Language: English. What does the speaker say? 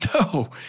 No